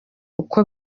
uko